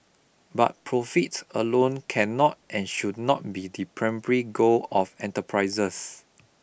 but profit alone cannot and should not be the primary goal of enterprises